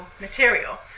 material